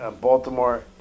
Baltimore